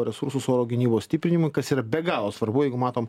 resursus oro gynybos stiprinimui kas yra be galo svarbu jeigu matom